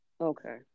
okay